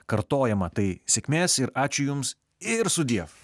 kartojama tai sėkmės ir ačiū jums ir sudie